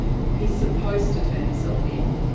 he's supposed to turn himself in.